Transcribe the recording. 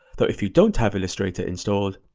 though if you don't have illustrator installed,